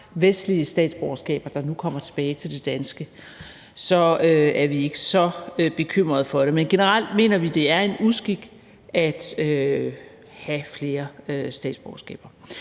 vestlige statsborgerskaber, der nu kommer tilbage til det danske, er vi ikke så bekymrede for det. Men generelt mener vi, at det er en uskik at have flere statsborgerskaber.